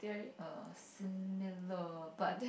err similar but